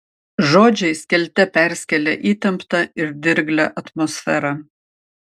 žodžiai skelte perskėlė įtemptą ir dirglią atmosferą